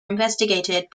investigated